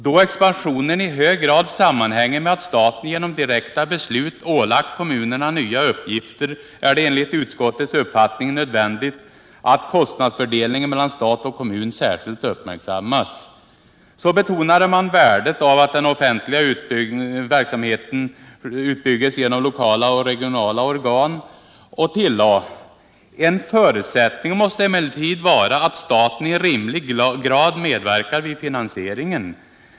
Då expansionen i hög grad sammanhänger med att staten genom direkta beslut ålagt kommunerna nya uppgilter, är det enligt utskottets uppfattning nödvändigt att kostnadsfördelningen mellan stat och kommun särskilt uppmärksammas.” Man betonade värdet av att den offentliga verksamheten utbygges genom lokala och regionala kommunala organ och tillade: ”En förutsättning måste emellertid vara att staten i rimlig grad medverkar vid finansieringen.